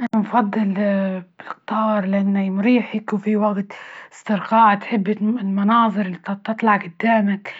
أنى نفضل بختار لأنه مريح هيك، وفي وجت استرخاء، تحبي المناظر اللي تطلع جدامك